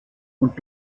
und